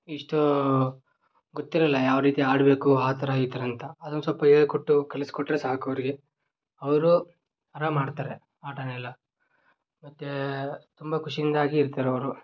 ಇಷ್ಟೂ ಗೊತ್ತಿರೋಲ್ಲ ಯಾವ ರೀತಿ ಆಡಬೇಕು ಆ ಥರ ಈ ಥರ ಅಂತ ಅದನ್ನ ಸ್ವಲ್ಪ ಹೇಳ್ಕೊಟ್ಟು ಕಲಿಸಿಕೊಟ್ರೆ ಸಾಕು ಅವರಿಗೆ ಅವರು ಆರಾಮ್ ಆಡ್ತಾರೆ ಆಟವೆಲ್ಲ ಮತ್ತು ತುಂಬ ಖುಷಿಯಿಂದಾಗಿ ಇರ್ತಾರವ್ರು